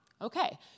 okay